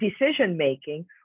decision-making